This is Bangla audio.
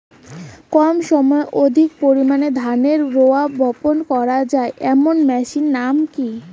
কম সময়ে অধিক পরিমাণে ধানের রোয়া বপন করা য়ায় এমন মেশিনের নাম কি?